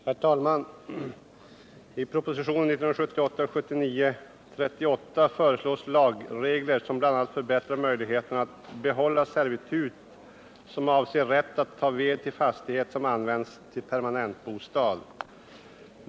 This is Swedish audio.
Herr talman! I propositionen 1978/79:38 föreslås lagregler, vilka bl.a. förbättrar möjligheterna att erhålla servitut avseende rätt att ta ved till fastighet som används till permanentbostad.